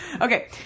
Okay